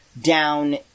down